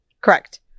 Correct